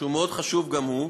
מאוד חשוב גם הוא,